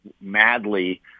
madly